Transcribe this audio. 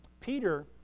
Peter